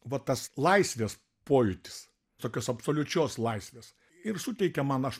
va tas laisvės pojūtis tokios absoliučios laisvės ir suteikia man aš